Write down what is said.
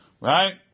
right